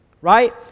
right